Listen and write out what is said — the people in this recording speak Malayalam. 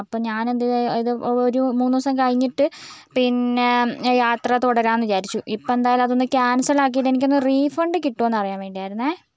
അപ്പം ഞാൻ എന്തയതു ഒരു മൂന്നു ദിവസം കഴിഞ്ഞിട്ട് പിന്നെ യാത്ര തുടരാന്ന് വിചാരിച്ചു ഇപ്പം അത് എന്തായാലും ഒന്ന് ക്യാൻസലാക്കിയിട്ട് എനിക്കൊന്ന് റീഫണ്ട് കിട്ടുമോന്നറിയാൻ വേണ്ടിയായിരുന്നു